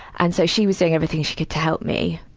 and so, she was doing everything she could to help me.